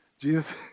Jesus